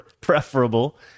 preferable